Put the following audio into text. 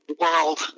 world